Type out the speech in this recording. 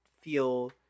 feel